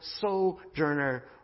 Sojourner